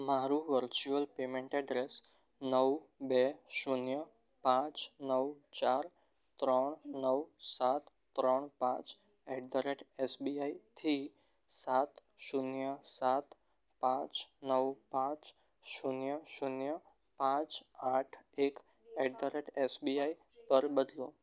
મારું virtual payment address નવ બે શૂન્ય પાંચ નવ ચાર ત્રણ નવ સાત ત્રણ પાંચ એટ ધ રેટ એસબીઆઈથી સાત શૂન્ય સાત પાંચ નવ પાંચ શૂન્ય શૂન્ય પાંચ આઠ એક એટ ધ રેટ એસબીઆઈ પર બદલો